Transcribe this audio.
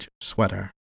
sweater